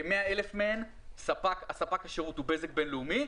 כ-100,000 מהם ספק השירות הוא בזק בינלאומי,